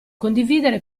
condividere